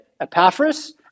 Epaphras